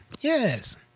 Yes